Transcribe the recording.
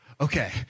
Okay